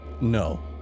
No